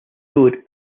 road